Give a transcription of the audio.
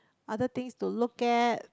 other things to look at